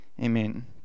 Amen